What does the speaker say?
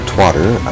Twitter